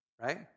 right